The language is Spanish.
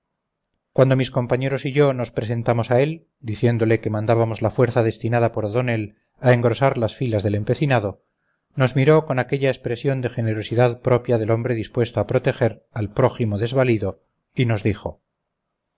cuando mis compañeros y yo nos presentamos a él diciéndole que mandábamos la fuerza destinada por o'donnell a engrosar las filas del empecinado nos miró con aquella expresión de generosidad propia del hombre dispuesto a proteger al prójimo desvalido y nos dijo